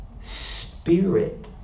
spirit